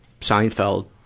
Seinfeld